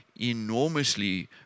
enormously